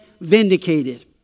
vindicated